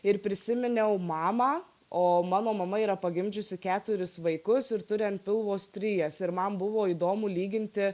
ir prisiminiau mamą o mano mama yra pagimdžiusi keturis vaikus ir turi ant pilvo strijas ir man buvo įdomu lyginti